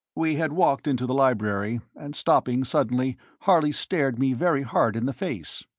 we had walked into the library, and, stopping, suddenly, harley stared me very hard in the face.